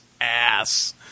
ass